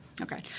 Okay